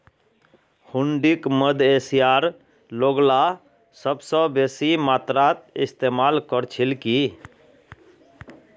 हुंडीक मध्य एशियार लोगला सबस बेसी मात्रात इस्तमाल कर छिल की